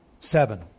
Seven